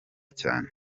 cyane